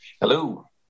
hello